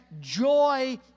joy